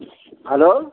hello